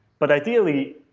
but ideally,